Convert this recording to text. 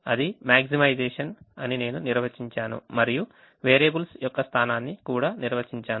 అది maximisation అని నేను నిర్వచించాను మరియు వేరియబుల్స్ యొక్క స్థానాన్ని కూడా నిర్వచించాను